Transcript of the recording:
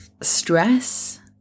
stress